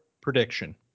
prediction